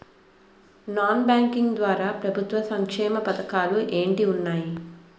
Non banking ద్వారా ప్రభుత్వ సంక్షేమ పథకాలు ఏంటి ఉన్నాయి?